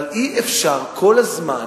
אבל אי-אפשר לירוק כל הזמן